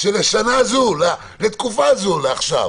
שלשנה הזאת, לתקופה הזאת, לעכשיו,